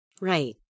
Right